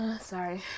sorry